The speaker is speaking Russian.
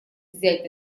взять